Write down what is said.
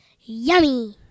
Yummy